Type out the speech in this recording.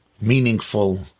meaningful